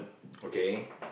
okay